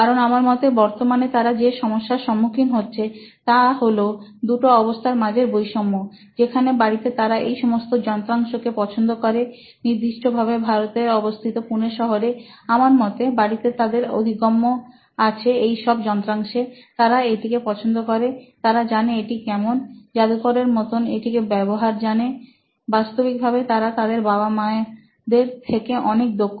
কারণ আমার মতে বর্তমানে তারা যে সমস্যার সম্মুখীন হচ্ছে তা হল দুটি অবস্থান মাঝের বৈষম্য যেখানে বাড়িতে তারা এই সমস্ত যন্ত্রাংশকে পছন্দ করে নির্দিষ্টভাবে ভারতে অবস্থিত পুনে শহরে আমার মতে বাড়িতে তাদের অধিগম্য আছে এই সব যন্ত্রাংশে তারা এটিকে পছন্দ করে তারা জানে এটি কেমন যাদুকরের মতন এটির ব্যবহার জানে বাস্তবিক ভাবে তারা তাদের বাবা মাদের থেকে অনেক দক্ষ